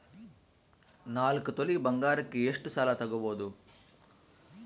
ನಾಲ್ಕು ತೊಲಿ ಬಂಗಾರಕ್ಕೆ ಎಷ್ಟು ಸಾಲ ತಗಬೋದು?